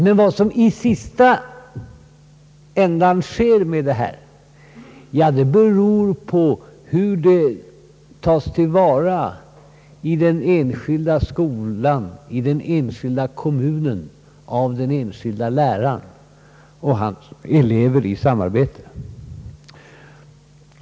Men vad som i sista hand sker med detta beror på hur det tas upp i den enskilda skolan, i den enskilda kommunen, av den enskilde läraren och hans elever i samarbete.